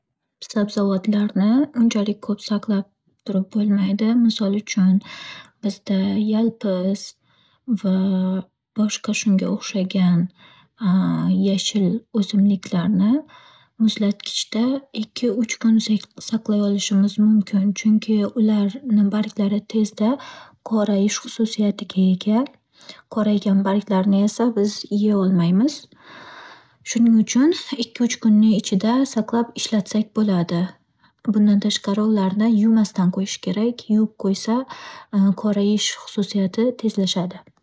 Sabzavotlarni unchalik ko'p saqlab turib bo'lmaydi. Misol uchun, bizda yalpiz va boshqa shunga o'xshagan yashil o'simliklarni muzlatgichda ikki-uch kun say-saqlay olishimiz mumkin. Chunki ularni barglari tezda qorayish xususiyatiga ega. Qoraygan barglarni esa biz yeyolmaymiz. Shuning uchun ikki-uch kunni ichida saqlab ishlatsak bo'ladi. Bundan tashqari, ularni yuvmasdan qo'yish kerak. Yuvib qo'ysa, qorayish xususiyati tezlashadi.